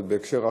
אבל בהקשר אחר.